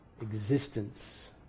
existence